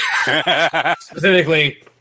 Specifically